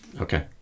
okay